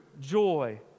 joy